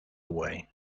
away